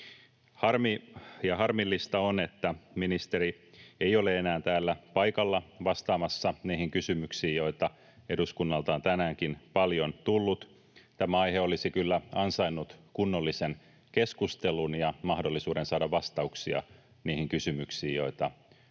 Harmillista on, että ministeri ei ole enää täällä paikalla vastaamassa niihin kysymyksiin, joita eduskunnalta on tänäänkin paljon tullut. Tämä aihe olisi kyllä ansainnut kunnollisen keskustelun ja mahdollisuuden saada vastauksia niihin kysymyksiin, joita täällä